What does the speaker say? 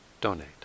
donate